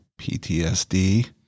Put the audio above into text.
PTSD